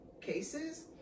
cases